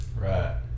Right